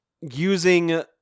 using